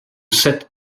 sept